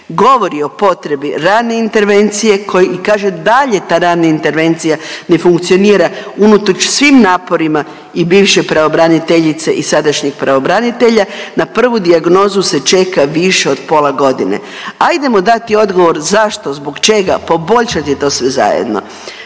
Govori o potrebi rane intervencije koji kaže dalje ta rana intervencija ne funkcionira unatoč svim naporima i bivše pravobraniteljice i sadašnjeg pravobranitelja na prvu dijagnozu se čeka više od pola godine. Ajdemo dati odgovor zašto, zbog čega, poboljšati to sve zajedno.